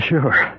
sure